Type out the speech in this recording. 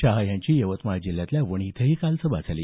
शहा यांची यवतमाळ जिल्ह्यातल्या वणी इथंही सभा झाली